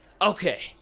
Okay